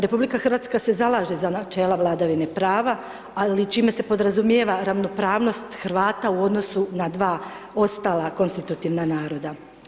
RH se zalaže za načela vladavine prava, ali čime se podrazumijeva ravnopravnost Hrvata u odnosu na dva ostala konstitutivna naroda.